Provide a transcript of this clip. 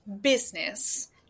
business